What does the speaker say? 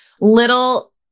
little